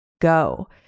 go